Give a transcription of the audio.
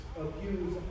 abuse